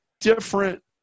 different